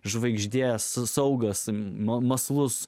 žvaigždė saugas ma mąslus